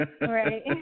Right